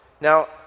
Now